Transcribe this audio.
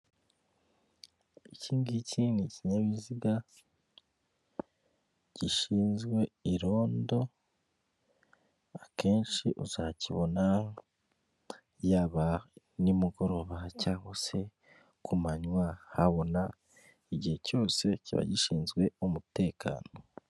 Iyi ngiyi ni imirimo y'amaboko y'ubudozi aha ngaha bakudodera ibikapu byiza gakondo Kinyarwanda wabasha kuba wahaha ukakajyana ahantu hatandukanye guhahiramo ndetse n'utundi tuntu twinshi.